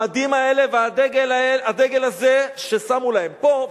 המדים האלה והדגל הזה ששמו להם פה,